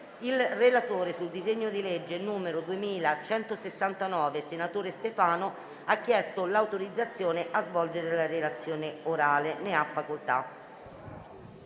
Il relatore sul disegno di legge n. 2169, senatore Stefano, ha chiesto l'autorizzazione a svolgere la relazione orale. Non facendosi